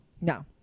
No